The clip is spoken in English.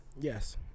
Yes